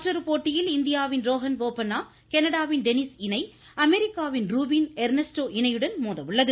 மற்றொரு போட்டியில் இந்தியாவின் ரோஹன் போபன்னா கனடாவின் டெனிஸ் இணை அமெரிக்காவின் ரூபின் எர்னஸ்டோ இணையுடன் மோத உள்ளது